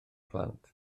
plant